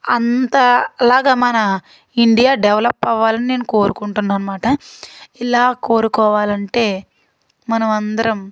అంతా లాగా మన ఇండియా డెవలప్ అవ్వాలని నేను కోరుకుంటున్నాను అన్నమాట ఇలా కోరుకోవాలి అంటే మనం అందరం